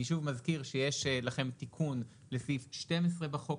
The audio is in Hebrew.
אני מזכיר שיש לכם תיקון לסעיף 12 בחוק,